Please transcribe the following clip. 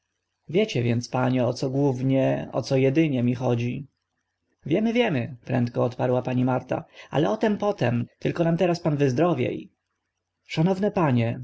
wiecie więc panie o co głównie o co edynie mi chodzi wiemy wiemy prędko odparła pani marta ale o tym potem teraz nam tylko pan wyzdrowie szanowne panie